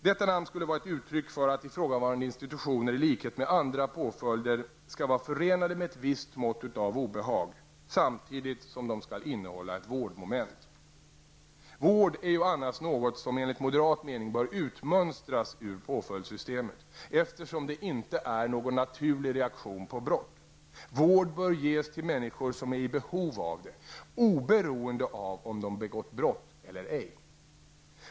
Detta namn skulle vara ett uttryck för att ifrågavarande institutioner, i likhet med andra påföljder, skall vara förenade med ett visst mått av obehag, samtidigt som de skall innehålla ett vårdmoment. Vård är ju annars något som enligt moderat mening bör utmönstras ur påföljdssystemet, eftersom det inte är någon naturlig reaktion på brott; vård bör ges till människor som är i behov av det oberoende av om de begått brott eller ej.